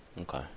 Okay